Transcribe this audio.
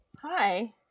Hi